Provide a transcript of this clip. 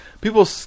People